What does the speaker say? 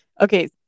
Okay